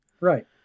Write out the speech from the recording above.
right